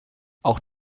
auch